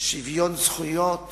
שוויון זכויות